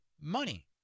money